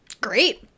Great